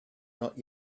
not